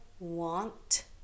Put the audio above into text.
want